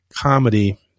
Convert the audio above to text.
comedy